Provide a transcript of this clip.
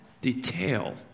detail